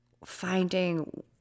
finding